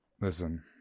Listen